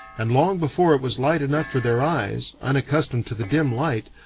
and long before it was light enough for their eyes, unaccustomed to the dim light,